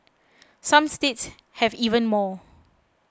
some states have even more